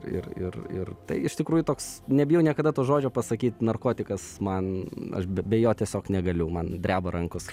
ir ir ir tai iš tikrųjų toks nebijau niekada to žodžio pasakyt narkotikas man aš be be jo tiesiog negaliu man dreba rankos